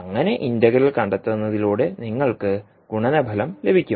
അങ്ങനെ ഇന്റഗ്രൽ കണ്ടെത്തുന്നതിലൂടെ നിങ്ങൾക്ക് ഗുണനഫലം ലഭിക്കും